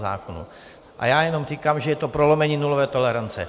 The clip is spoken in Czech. A já jenom říkám, že to je prolomení nulové tolerance.